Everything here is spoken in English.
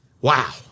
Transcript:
Wow